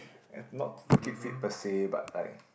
and not to to keep fit per say but like